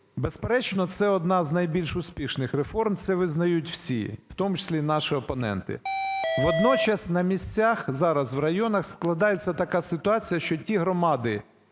Безперечно, це одна з найбільш успішних реформ, це визнають всі, в тому числі наші опоненти. Водночас на місцях зараз, в районах складається така ситуація, що ті громади,